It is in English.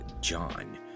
John